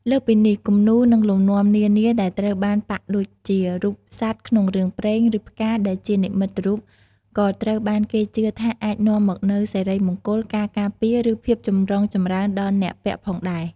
លើសពីនេះ គំនូរ និងលំនាំនានាដែលត្រូវបានប៉ាក់ដូចជា រូបសត្វក្នុងរឿងព្រេង ឬផ្កាដែលជានិមិត្តរូប ក៏ត្រូវបានគេជឿថាអាចនាំមកនូវសិរីមង្គល ការការពារ ឬភាពចម្រុងចម្រើនដល់អ្នកពាក់ផងដែរ។